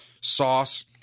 sauce